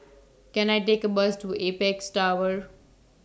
Can I Take A Bus to Apex Tower